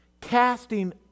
casting